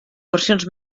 versions